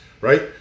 right